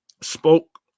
spoke